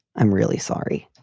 i'm really sorry.